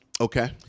Okay